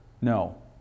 No